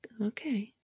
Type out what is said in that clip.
Okay